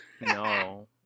No